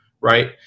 right